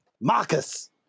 Marcus